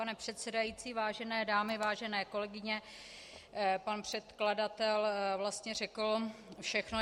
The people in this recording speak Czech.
Pane předsedající, vážené dámy, vážené kolegyně, pan předkladatel vlastně řekl všechno.